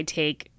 take